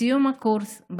בסיום הקורס,